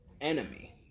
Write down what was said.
enemy